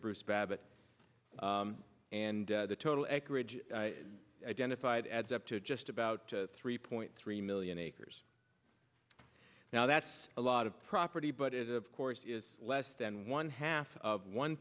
bruce babbitt and the total accurate identified adds up to just about three point three million acres now that's a lot of property but it of course is less than one half of one